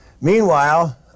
Meanwhile